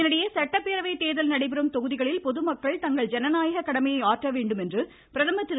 இதனிடையே சட்டப்பேரவை தேர்தல் நடைபெறும் தொகுதிகளில் பொதுமக்கள் தங்கள் ஜனநாயக கடமையை ஆற்ற வேண்டுமென்று பிரதமர் திரு